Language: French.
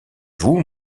vous